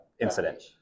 incident